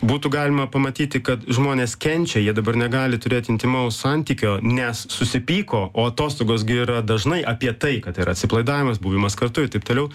būtų galima pamatyti kad žmonės kenčia jie dabar negali turėt intymaus santykio nes susipyko o atostogos gi yra dažnai apie tai kad yra atsipalaidavimas buvimas kartu ir taip toliau